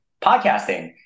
podcasting